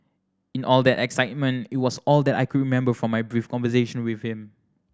in all that excitement it was all that I could remember from my brief conversation with him